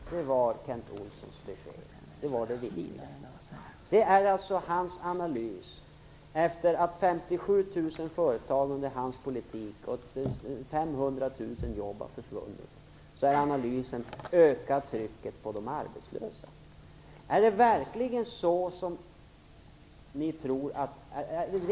Det var Kent Olssons besked. Efter det att 57 000 företag och 500 000 jobb har försvunnit med den politik han vill ha är hans analys alltså: Öka trycket på de arbetslösa!